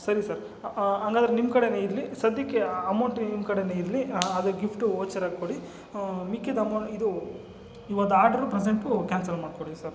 ಸರಿ ಸರ್ ಹಂಗಾದ್ರೆ ನಿಮ್ಕಡೆ ಇರಲಿ ಸಧ್ಯಕ್ಕೆ ಅಮೌಂಟ್ ನಿಮ್ಕಡೆ ಇರಲಿ ಆದರೆ ಗಿಫ್ಟ್ ವೋಚರಾಕ್ಕೊಡಿ ಮಿಕ್ಕಿದ ಅಮೌಂಟ್ ಇದು ಈ ಒಂದು ಆರ್ಡ್ರು ಪ್ರಸೆಂಟು ಕ್ಯಾನ್ಸಲ್ ಮಾಡಿಕೊಡಿ ಸರ್